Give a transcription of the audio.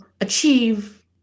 achieve